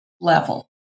level